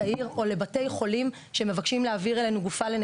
או סוף שבוע כדי לא לקומם את גפני,